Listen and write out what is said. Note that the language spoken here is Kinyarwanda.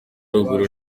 ruguru